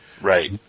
Right